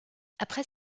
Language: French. après